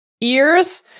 ears